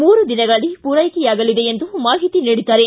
ಮೂರು ದಿನಗಳಗಲ್ಲಿ ಪೂರೈಕೆಯಾಗಲಿದೆ ಎಂದು ಮಾಹಿತಿ ನೀಡಿದ್ದಾರೆ